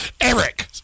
Eric